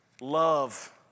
Love